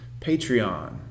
patreon